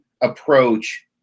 approach